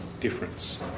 difference